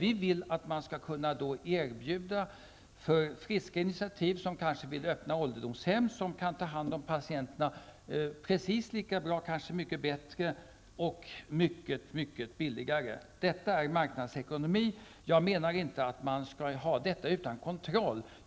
Vi vill att man skall kunna erbjuda möjligheter för friska initiativ, för personer som kanske vill öppna ålderdomshem och som kan ta hand om patienterna precis lika bra, eller kanske t.o.m. bättre, till ett mycket billigare pris. Detta är marknadsekonomi, men jag menar inte att man skall bedriva marknadsekonomi utan kontroll.